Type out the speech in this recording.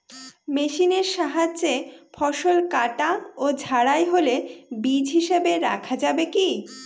মেশিনের সাহায্যে ফসল কাটা ও ঝাড়াই হলে বীজ হিসাবে রাখা যাবে কি?